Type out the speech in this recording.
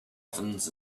ovens